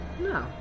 No